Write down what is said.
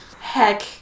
Heck